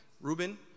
Ruben